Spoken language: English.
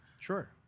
Sure